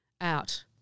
out